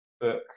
book